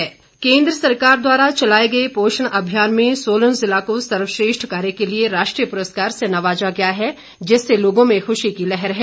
पोषण अभियान केंद्र सरकार द्वारा चलाए गए पोषण अभियान में सोलन जिला को सर्वश्रेष्ठ कार्य के लिए राष्ट्रीय पुरस्कार से नवाजा गया है जिससे लोगों में खुशी की लहर है